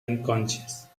unconscious